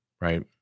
Right